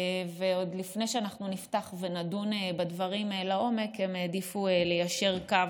ועוד לפני שאנחנו נפתח ונדון בדברים לעומק הם העדיפו ליישר קו,